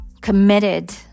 committed